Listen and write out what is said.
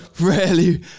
rarely